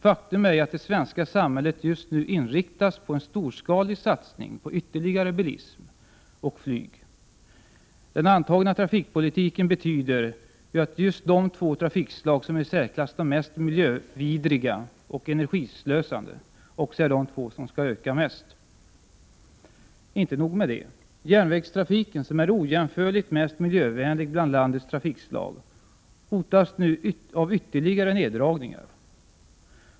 Faktum är att det svenska samhället just nu inriktas på en storskalig satsning på ytterligare bilism och flyg. Den antagna trafikpolitiken betyder att just de två trafikslag som är de i särklass mest miljövidriga och energislösande också är de två som skall öka mest! Inte nog med det. Järnvägstrafiken, som är ojämförligt mest miljövänlig bland landets trafikslag, hotas nu av ytterligare neddragningar.